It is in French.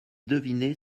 deviner